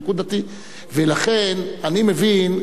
ולכן אני מבין,